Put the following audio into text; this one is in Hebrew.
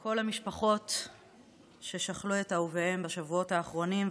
כל המשפחות ששכלו את אהוביהם בשבועות האחרונים,